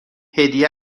هدیه